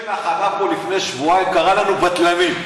שלח עלה לפה לפני שבועיים וקרא לנו בטלנים.